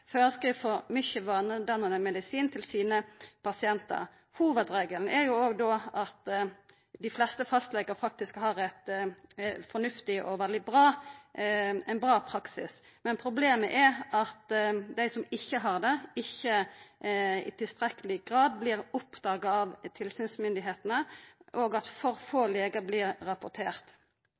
for mykje vanedannande medisin til sine pasientar. Hovudregelen er jo då at dei fleste fastlegane har ein fornuftig og veldig bra praksis. Problemet er at dei som ikkje har det, i tilstrekkeleg grad ikkje vert oppdaga av tilsynsmyndigheitene, og at for få legar blir